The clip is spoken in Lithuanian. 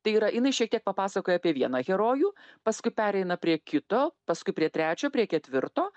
tai yra jinai šiek tiek papasakoja apie vieną herojų paskui pereina prie kito paskui prie trečio prie ketvirto